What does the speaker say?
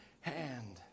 hand